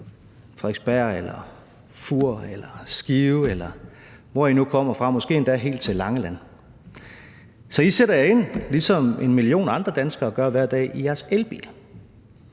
Frederiksberg eller Fur eller Skive, eller hvor I nu kommer fra, måske endda helt til Langeland. Så I sætter jer – ligesom 1 million andre danskere gør hver dag – ind i jeres elbil.